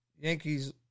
Yankees